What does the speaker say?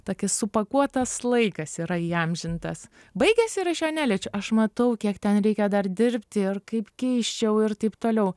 toki supakuotas laikas yra įamžintas baigėsi ir aš jo neliečiu aš matau kiek ten reikia dar dirbti ir kaip keisčiau ir taip toliau